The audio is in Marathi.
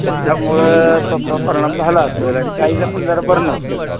त्याच्यामुळं तो प परिणाम झाला असेल आणि गाईला पण जरा बरं नव्हतं